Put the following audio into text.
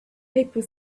people